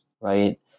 right